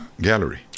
gallery